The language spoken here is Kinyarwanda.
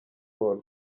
paul